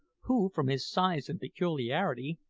who, from his size and peculiarity,